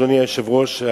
אדוני היושב-ראש,